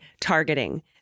targeting